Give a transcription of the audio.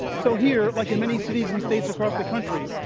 so here, like in many cities and states across the country,